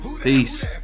Peace